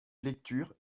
lecture